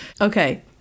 okay